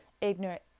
ignorant